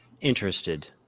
interested